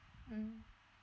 mmhmm